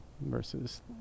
versus